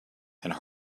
and